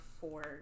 for-